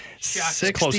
Six